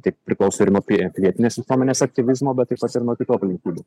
tai priklauso ir nuo pi pilietinės visuomenės aktyvizmo bet taip pat ir nuo kitų aplinkybių